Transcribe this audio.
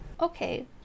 Okay